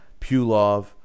Pulov